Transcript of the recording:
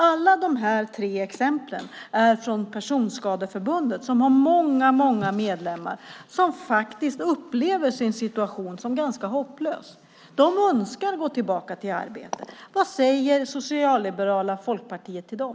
Alla dessa tre exempel kommer från Personskadeförbundet som har många medlemmar som faktiskt upplever sin situation som ganska hopplös. De önskar gå tillbaka till arbete. Vad säger socialliberala Folkpartiet till dem?